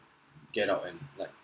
get out and like